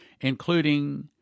including